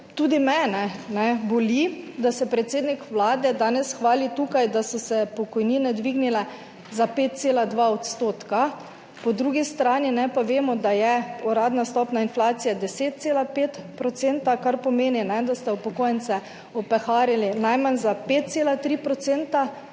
Tudi mene namreč boli, da se predsednik Vlade danes tukaj hvali, da so se pokojnine dvignile za 5,2 %, po drugi strani pa vemo, da je uradna stopnja inflacije 10,5 %, kar pomeni, da ste upokojence opeharili najmanj za 5,3 %,